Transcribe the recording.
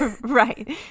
Right